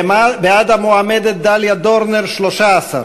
בעד המועמדת דליה דורנר, 13,